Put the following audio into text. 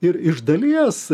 ir iš dalies